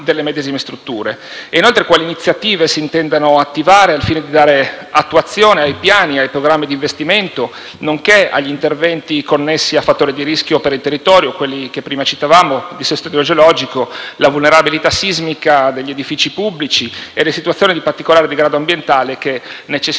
strutture; quali iniziative si intendano attivare al fine di dare attuazione ai piani e ai programmi di investimento nonché agli interventi connessi a fattori di rischio per il territorio, quali dissesto idrogeologico, vulnerabilità sismica degli edifici pubblici e situazioni di particolare degrado ambientale necessitanti